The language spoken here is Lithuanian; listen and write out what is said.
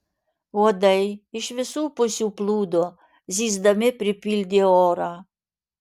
uodai iš visų pusių plūdo zyzdami pripildė orą